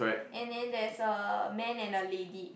and then there's a man and a lady